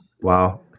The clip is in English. Wow